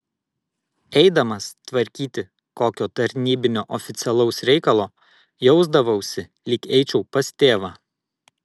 eidamas tvarkyti kokio tarnybinio oficialaus reikalo jausdavausi lyg eičiau pas tėvą